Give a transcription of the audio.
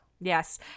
Yes